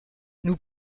nous